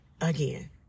again